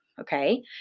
Okay